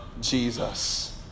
Jesus